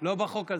לא בחוק הזה.